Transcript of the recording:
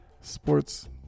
sports